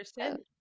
person